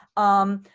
um,